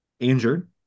injured